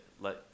let